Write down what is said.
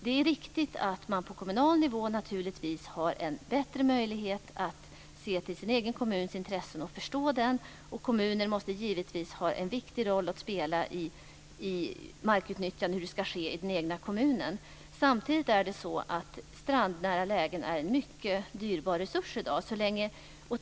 Det är riktigt att man på kommunal nivå naturligtvis har en bättre möjlighet att se till sin egen kommuns intressen och förstå dem, och kommunen måste givetvis ha en viktig roll att spela när det gäller hur markutnyttjandet ska ske i den egna kommunen. Samtidigt är strandnära lägen en mycket dyrbar resurs i dag.